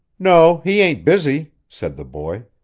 no, he ain't busy, said the boy.